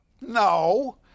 No